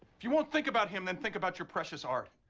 if you don't think about him, then think about your precious art.